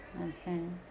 understand